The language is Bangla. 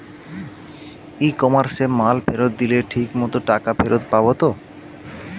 ই কমার্সে মাল ফেরত দিলে ঠিক মতো টাকা ফেরত পাব তো?